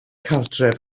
cartref